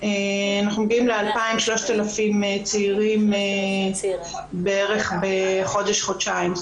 אנחנו מגיעים 2000-3000 צעירים בערך בחודש חודשיים.